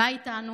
מה איתנו?